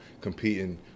competing